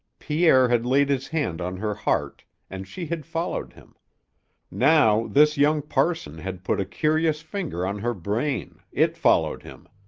pierre had laid his hand on her heart and she had followed him now this young parson had put a curious finger on her brain, it followed him.